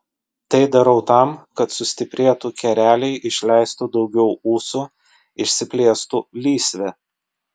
tai darau tam kad sustiprėtų kereliai išleistų daugiau ūsų išsiplėstų lysvė